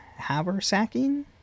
Haversacking